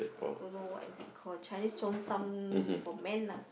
don't know what is it called Chinese Cheongsam for men lah